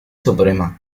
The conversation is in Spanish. suprema